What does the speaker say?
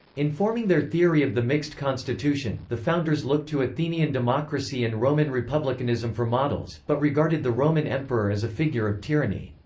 in forming their theory of the mixed constitution, the founders looked to athenian democracy and roman republicanism for models, but regarded regarded the roman emperor as a figure of tyranny.